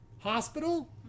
hospital